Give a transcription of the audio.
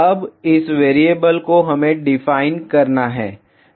अब इस वेरिएबल को हमें डिफाइन करना है